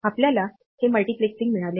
आपल्याला हे मल्टिप्लेक्सिंग मिळाले आहे